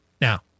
Now